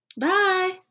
Bye